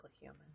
human